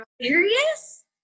Serious